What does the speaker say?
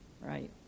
Right